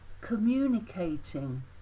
communicating